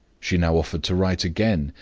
she now offered to write again,